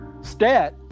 stat